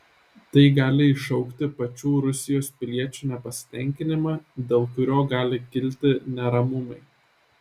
tai gali iššaukti pačių rusijos piliečių nepasitenkinimą dėl kurio gali kilti neramumai